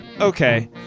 Okay